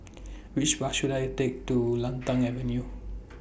Which Bus should I Take to Lantana Avenue